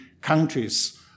countries